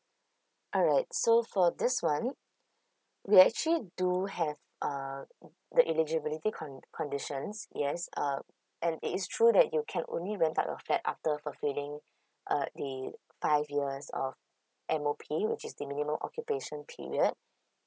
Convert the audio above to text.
alright so for this one we actually do have uh the eligibility con~ conditions yes um and it is true that you can only rent out a flat after fulfilling uh the five years of M_O_P which is the minimal occupation period